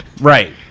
Right